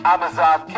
Amazon